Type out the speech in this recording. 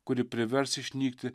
kuri privers išnykti